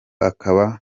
akaba